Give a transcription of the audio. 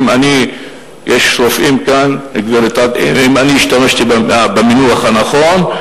יש רופאים כאן, האם השתמשתי במינוח הנכון,